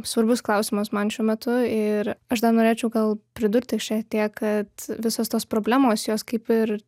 svarbus klausimas man šiuo metu ir aš dar norėčiau gal pridurti šiek tiek kad visos tos problemos jos kaip ir